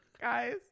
Guys